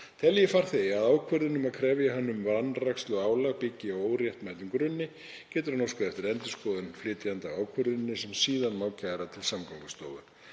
Telji farþegi að ákvörðun um að krefja hann um vanræksluálag byggi á óréttmætum grunni getur hann óskað eftir endurskoðun flytjanda á ákvörðuninni sem síðan má kæra til Samgöngustofu.